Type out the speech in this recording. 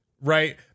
right